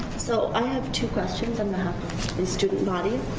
so i have two questions on that the student body,